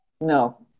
No